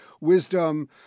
wisdom